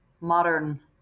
modern